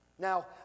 Now